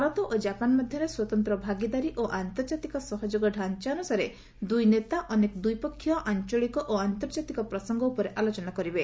ଭାରତ ଓ ଜାପାନ୍ ମଧ୍ୟରେ ସ୍ୱତନ୍ତ୍ର ଭାଗିଦାରୀ ଓ ଆନ୍ତର୍କାତିକ ସହଯୋଗ ଢାଞ୍ଚା ଅନ୍ତସାରେ ଦୂଇ ନେତା ଅନେକ ଦ୍ୱିପକ୍ଷୀୟ ଆଞ୍ଚଳିକ ଓ ଆନ୍ତାର୍ଜାତିକ ପ୍ରସଙ୍ଗ ଉପରେ ଆଲୋଚନା କରିବେ